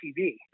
TV